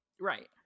Right